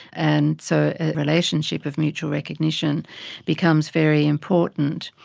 and so a relationship of mutual recognition becomes very important.